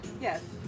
Yes